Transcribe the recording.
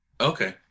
Okay